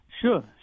Sure